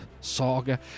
saga